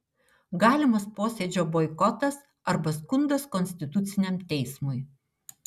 galimas posėdžio boikotas arba skundas konstituciniam teismui